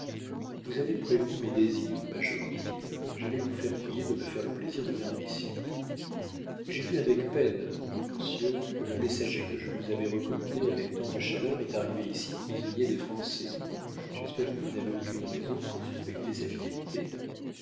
vous avez prévenu mes désirs major dit-il j'allais vous faire prier de me faire le plaisir de venir ici j'ai vu avec peine monsieur que le messager que je vous avais recommandé avec tant de chaleur est arrivé ici prisonnier des français j'espère que vous n'avez aucune raison pour suspecter sa fidélité